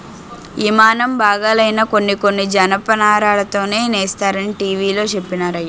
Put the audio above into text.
యిమానం బాగాలైనా కొన్ని కొన్ని జనపనారతోనే సేస్తరనీ టీ.వి లో చెప్పినారయ్య